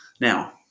Now